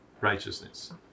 righteousness